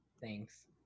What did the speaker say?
thanks